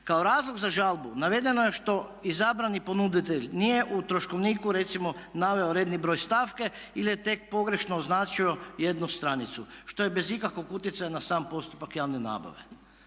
Kao razlog za žalbu navedeno je što izabrani ponuditelj nije u troškovniku recimo naveo redni broj stavke ili je tek pogrešno označio jednu stranicu, što je bez ikakvog utjecaja na sam postupak javne nabave.